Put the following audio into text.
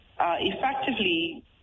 effectively